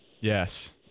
Yes